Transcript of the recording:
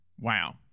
wow